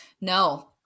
no